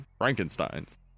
Frankenstein's